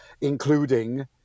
including